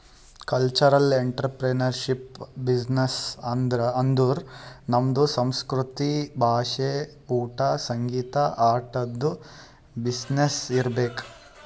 cultural entrepreneurship business ಅಂದುರ್ ನಮ್ದು ಸಂಸ್ಕೃತಿ, ಭಾಷಾ, ಊಟಾ, ಸಂಗೀತ, ಆಟದು ಬಿಸಿನ್ನೆಸ್ ಇರ್ಬೇಕ್